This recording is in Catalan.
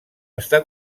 està